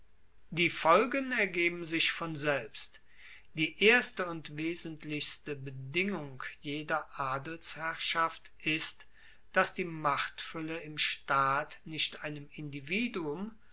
die folgen ergeben sich von selbst die erste und wesentlichste bedingung jeder adelsherrschaft ist dass die machtfuelle im staat nicht einem individuum